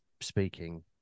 speaking